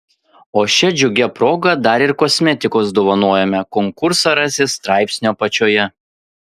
o šia džiugia proga dar ir kosmetikos dovanojame konkursą rasi straipsnio apačioje